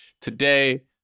Today